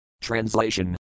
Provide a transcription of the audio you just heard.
Translation